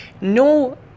no